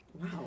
Wow